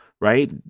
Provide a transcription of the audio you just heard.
right